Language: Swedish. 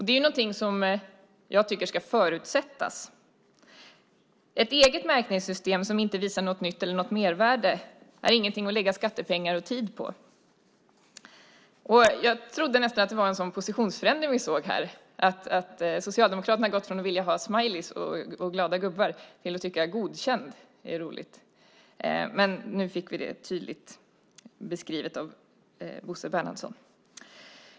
Det är något som jag tycker ska förutsättas. Ett eget märkningssystem som inte visar något nytt eller ger något mervärde är inget att lägga skattepengar och tid på. Jag trodde nästan det var en positionsförändring vi såg här - att Socialdemokraterna har gått från att vilja ha smileys och glada gubbar till att tycka att "godkänd" är roligt. Men nu fick vi detta tydligt beskrivet av Bosse Bernhardsson.